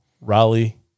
Raleigh